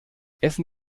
essen